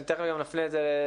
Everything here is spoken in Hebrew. אני תיכף גם אפנה את זה לאפרת,